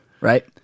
Right